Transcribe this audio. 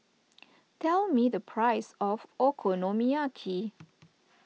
tell me the price of Okonomiyaki